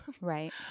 Right